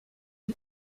and